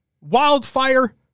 Wildfire